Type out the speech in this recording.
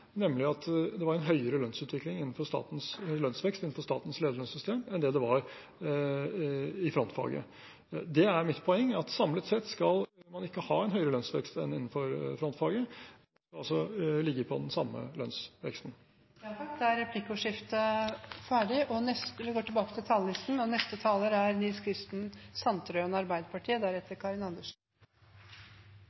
nemlig at det var en høyere lønnsvekst innenfor statens lederlønnssystem enn det det var i frontfaget. Det er mitt poeng: Samlet sett skal man ikke ha en høyere lønnsvekst enn innenfor frontfaget – altså ligge på den samme lønnsveksten. Da er replikkordskiftet omme. De talerne som heretter får ordet, har en taletid på inntil 3 minutter. Bil, brød og